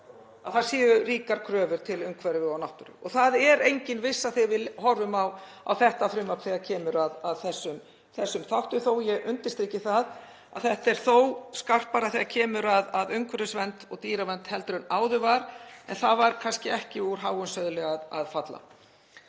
það séu ríkar kröfur varðandi umhverfi og náttúru? Það er engin vissa þegar við horfum á þetta frumvarp þegar kemur að þessum þáttum þó að ég undirstriki það að málið er þó skarpara þegar kemur að umhverfisvernd og dýravernd heldur en áður var. En það var kannski ekki úr háum söðli að detta.